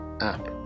app